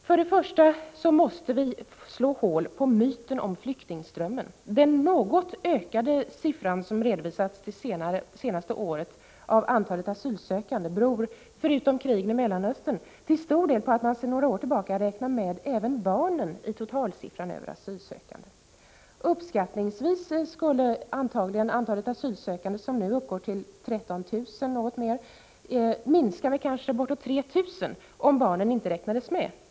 För det första vill jag då framhålla att vi måste slå hål på myten om flyktingströmmen. Den något större siffra som redovisats för det senaste året när det gäller antalet asylsökande beror — bortsett från krigen i Mellanöstern till stor del på att totalsiffran över asylsökande sedan några år tillbaka även inkluderar barnen. Uppskattningsvis skulle antagligen antalet asylsökande, vilket nu uppgår till 13 000 eller något mer, minska med kanske 3 000 om barnen inte räknades med.